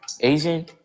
Asian